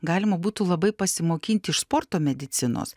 galima būtų labai pasimokint iš sporto medicinos